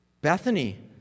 Bethany